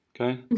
Okay